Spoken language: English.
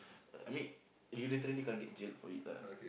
I mean you literally can't get jailed for it lah